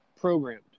programmed